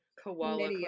koala